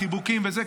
חיבוקים וזה.